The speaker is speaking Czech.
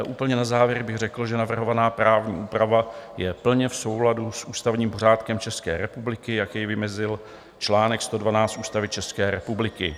Úplně na závěr bych řekl, že navrhovaná právní úprava je plně v souladu s ústavním pořádkem České republiky, jak jej vymezil čl. 112 Ústavy České republiky.